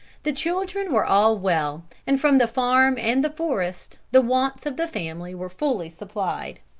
the children were all well, and from the farm and the forest the wants of the family were fully supplied.